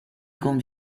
con